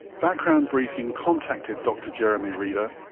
background briefing contacted dr jeremy reader,